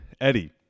Eddie